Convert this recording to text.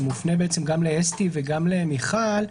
זה מופנה גם לאסתי וגם למיכל,